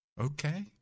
Okay